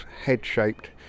head-shaped